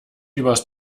übers